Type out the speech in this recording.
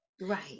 right